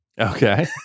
Okay